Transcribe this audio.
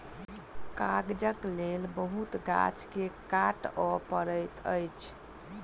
कागजक लेल बहुत गाछ के काटअ पड़ैत अछि